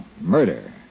murder